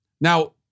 Now